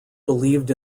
believed